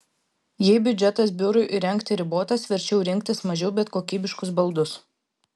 jei biudžetas biurui įrengti ribotas verčiau rinktis mažiau bet kokybiškus baldus